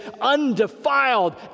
undefiled